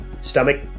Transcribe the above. stomach